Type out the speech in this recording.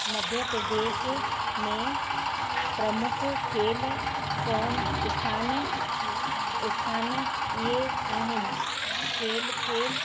मध्य प्रदेश में प्रमुख खेल स्थान स्थान इहे आहिनि खेल खेल